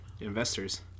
investors